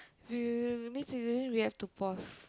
means we really we have to pause